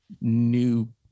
new